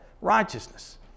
righteousness